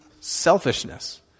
selfishness